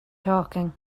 talking